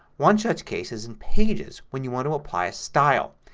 one such case is in pages when you want to apply a style.